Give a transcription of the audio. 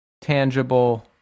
tangible